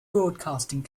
broadcasting